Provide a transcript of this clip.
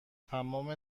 تمام